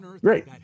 great